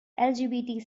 lgbt